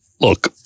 Look